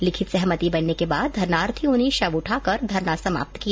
लिखित सहमति बनने के बाद धरनार्थियों ने शव उठाकर धरना समाप्त किया